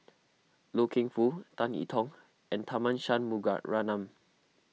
Loy Keng Foo Tan I Tong and Tharman Shanmugaratnam